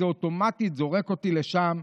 זה אוטומטית זורק אותי לשם.